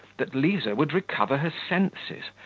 that liza would recover her senses,